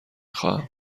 خواهم